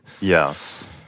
Yes